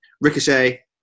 Ricochet